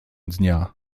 dnia